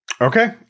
Okay